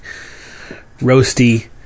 roasty